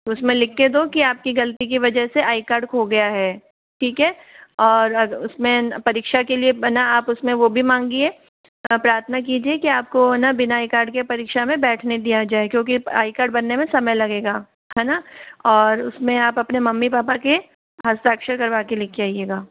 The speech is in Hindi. उसमें लिख के दो कि आपकी गलती की वजह से आई कार्ड खो गया है ठीक है और उसमें परीक्षा के लिए बना आप उसमें वो भी मांगिए और प्रार्थना कीजिए की आपको है ना बिना आई कार्ड के परीक्षा में बैठने दिया जाए क्योंकि आई कार्ड बनने में समय लगेगा है ना और उसमे आप अपने मम्मी पापा के हस्ताक्षर करवा के लेके आइएगा